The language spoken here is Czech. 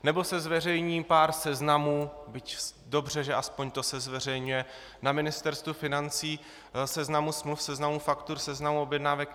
Nebo se zveřejní pár seznamů, byť dobře, že aspoň to se zveřejňuje, na Ministerstvu financí, seznamu smluv, seznamu faktur, seznamu objednávek.